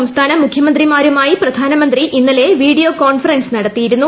സംസ്ഥാന മുഖ്യമന്ത്രിമാരുമായി പ്രധാനമന്ത്രി ഇന്നലെ വീഡിയോ കോൺഫറൻസ് നടത്തിയിരുന്നു